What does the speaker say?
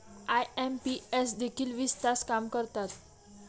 IMPS देखील वीस तास काम करतात?